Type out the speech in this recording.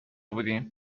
بودیم